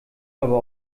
aber